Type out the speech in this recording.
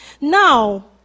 Now